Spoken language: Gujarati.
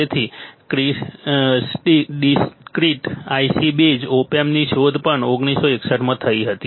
તેથી ડિસ્ક્રીટ IC બેઝડ ઓપ એમ્પ્સની શોધ પ્રથમ 1961 માં થઈ હતી